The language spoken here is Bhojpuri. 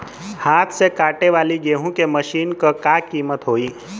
हाथ से कांटेवाली गेहूँ के मशीन क का कीमत होई?